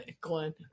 Glenn